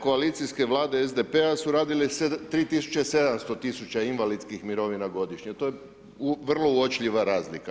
Koalicijske vlade SDP-a su radile 3700 invalidskih mirovina godišnje, to je vrlo uočljiva razlika.